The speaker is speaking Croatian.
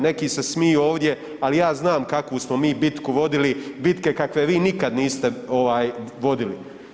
Neki se smiju ovdje, ali ja znam kakvu smo mi bitku vodili, bitke kakve vi nikad niste vodili.